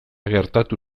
gertatu